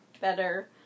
better